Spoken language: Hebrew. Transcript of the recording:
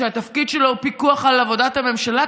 שהתפקיד שלו הוא פיקוח על עבודת הממשלה,